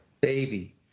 baby